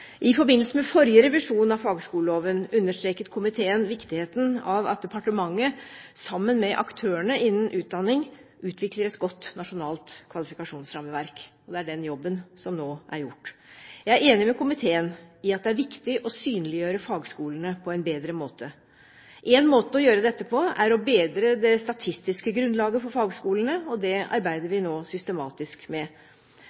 I forbindelse med forrige revisjon av fagskoleloven understreket komiteen viktigheten av at departementet, sammen med aktørene innen utdanning, utvikler et godt nasjonalt kvalifikasjonsrammeverk. Det er den jobben som nå er gjort. Jeg er enig med komiteen i at det er viktig å synliggjøre fagskolene på en bedre måte. Én måte å gjøre dette på er å bedre det statistiske grunnlaget for fagskolene, og det arbeider